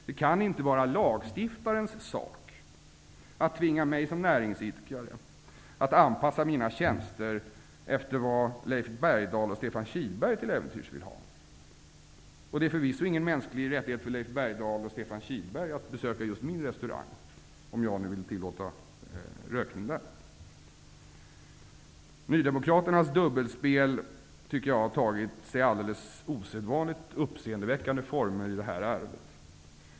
Det kan inte vara lagstiftarens sak att tvinga mig som näringsidkare att anpassa mina tjänster efter vad Leif Bergdahl och Stefan Kihlberg till äventyrs vill ha. Det är förvisso ingen mänsklig rättighet för Leif Bergdahl och Stefan Kihlberg att besöka just min restaurang, om jag nu vill tillåta rökning där. Nydemokraternas dubbelspel tycker jag har tagit sig alldeles osedvanligt uppseendeväckande former i det här ärendet.